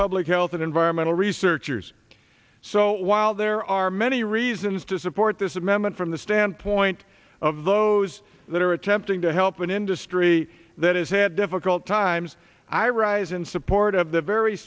public health and environmental researchers so while there are many reasons to support this amendment from the standpoint of those that are attempting to help an industry that has had difficult times i rise in support of the very